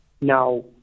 Now